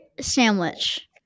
sandwich